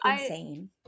insane